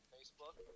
Facebook